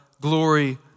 glory